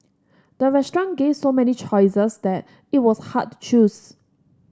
the restaurant gave so many choices that it was hard to choose